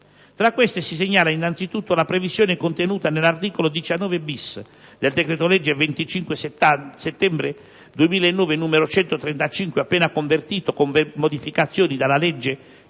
Tra questi si segnala, anzitutto, la previsione contenuta nell'articolo 19-*bis* del decreto-legge 25 settembre 2009, n. 135, appena convertito, con modificazioni, dalla legge